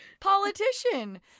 politician